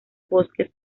bosques